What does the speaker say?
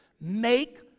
make